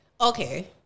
Okay